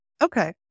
Okay